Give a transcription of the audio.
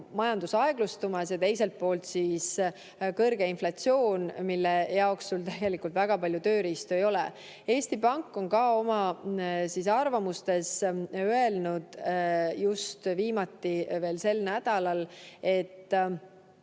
majandus aeglustumas ja teiselt poolt on kõrge inflatsioon, mille jaoks tegelikult väga palju tööriistu ei ole. Eesti Pank on ka oma arvamuses öelnud, viimati veel sel nädalal, et